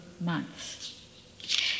months